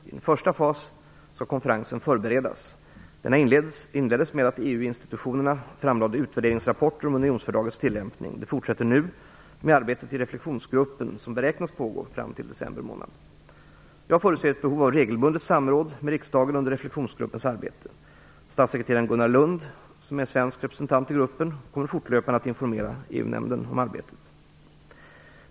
I en första fas skall konferensen förberedas. Detta inleddes med att EU-institutionerna framlade utvärderingsrapporter om unionsfördragets tillämpning. Det fortsätter nu med arbetet i Jag förutser ett behov av regelbundet samråd med riksdagen under Reflexionsgruppens arbete. Statssekreteraren Gunnar Lund, som är svensk representant i gruppen, kommer fortlöpande att informera EU-nämnden om arbetet.